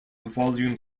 volume